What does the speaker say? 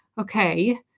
okay